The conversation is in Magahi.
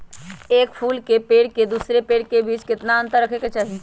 एक फुल के पेड़ के दूसरे पेड़ के बीज केतना अंतर रखके चाहि?